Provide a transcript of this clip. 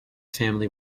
family